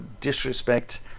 disrespect